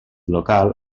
local